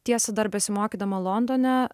tiesa dar besimokydama londone